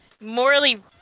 morally